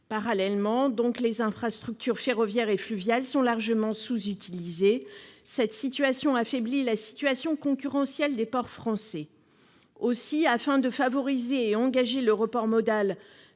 Parallèlement, les infrastructures ferroviaires et fluviales sont largement sous-utilisées. Cette situation affaiblit la position concurrentielle des ports français. Aussi, afin de favoriser et d'engager le report modal